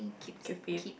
keep fit